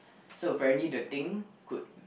so apparently the thing could